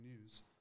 News